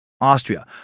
Austria